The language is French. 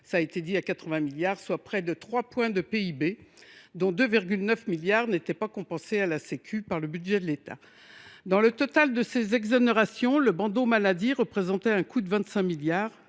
sociales à 89 milliards d’euros, soit près de 3 points de PIB, dont 2,9 milliards n’étaient pas compensés par le budget de l’État. Dans le total de ces exonérations, le bandeau maladie représentait un coût de 25 milliards